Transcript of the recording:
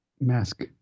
mask